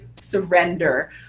surrender